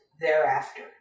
thereafter